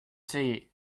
tea